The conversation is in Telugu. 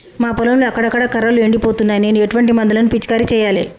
మా పొలంలో అక్కడక్కడ కర్రలు ఎండిపోతున్నాయి నేను ఎటువంటి మందులను పిచికారీ చెయ్యాలే?